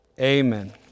Amen